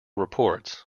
reports